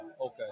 okay